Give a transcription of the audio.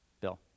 Bill